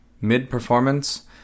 mid-performance